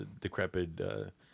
decrepit